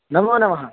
नमोनमः